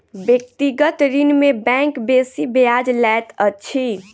व्यक्तिगत ऋण में बैंक बेसी ब्याज लैत अछि